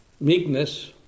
meekness